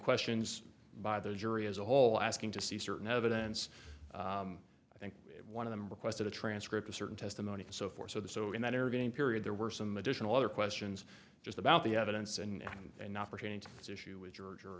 questions by the jury as a whole asking to see certain evidence i think one of them requested a transcript of certain testimony and so forth so the so in that intervening period there were some additional other questions just about the evidence and not pertaining to this issue with george or